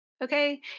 Okay